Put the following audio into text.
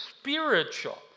spiritual